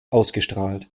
ausgestrahlt